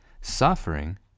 Suffering